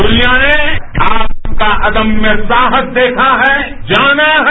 दुनिया ने आपका अदम्य साहस देखा है जाना है